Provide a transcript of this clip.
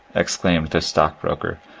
exclaimed the stockbroker,